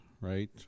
right